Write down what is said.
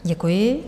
Děkuji.